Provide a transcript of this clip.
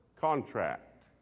contract